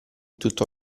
tutto